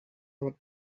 dapat